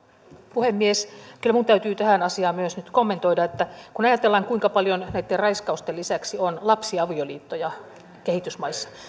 puhemies kyllä minun täytyy tähän asiaan myös nyt kommentoida kun ajatellaan kuinka paljon näitten raiskausten lisäksi on lapsiavioliittoja kehitysmaissa